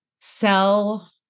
sell